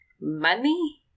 Money